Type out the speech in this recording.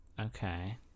Okay